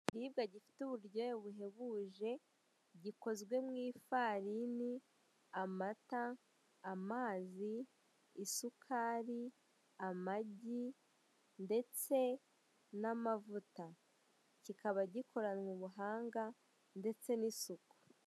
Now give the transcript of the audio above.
Ikiribwa gifite uburyohe buhebuje, gikozwe mu ifarini, amata, amazi, isukari, amagi, ndetse n'amavuta, kikaba gikoranye ubuhanga ndetse n'isuku.